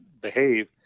behave